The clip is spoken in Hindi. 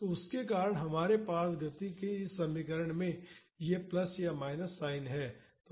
तो उसके कारण हमारे पास गति के इस समीकरण में यह प्लस या माइनस साइन है